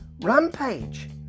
Rampage